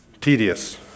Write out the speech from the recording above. Tedious